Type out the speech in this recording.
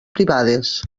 privades